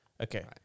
Okay